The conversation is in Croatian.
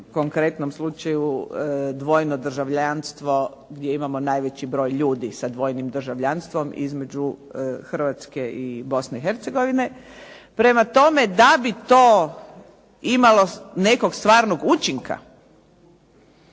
konkretnom slučaju dvojno državljanstvo gdje imamo najveći broj ljudi sa dvojnim državljanstvom između Hrvatske i Bosne i Hercegovine. Prema tome, da bi to imalo nekog stvarnog učinka,